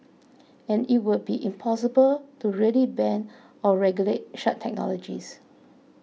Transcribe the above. and it would be impossible to really ban or regulate such technologies